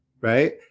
right